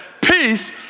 peace